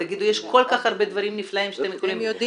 יש כל כך הרבה דברים נפלאים שאתם יכולים --- הם יודעים.